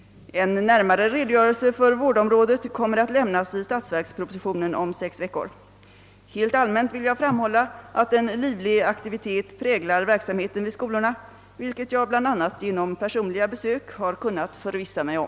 En närmare redogörelse för vårdområdet kommer att lämnas i statsverkspropositionen om sex veckor. Helt allmänt vill jag framhålla att en livlig aktivitet präglar verksamheten vid skolorna, vilket jag bl.a. genom personliga besök har kunnat förvissa mig om.